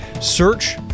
search